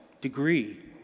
degree